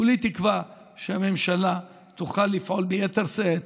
כולי תקווה שהממשלה תוכל לפעול ביתר שאת